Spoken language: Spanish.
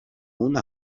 una